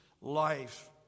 life